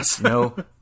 no